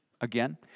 again